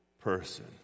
person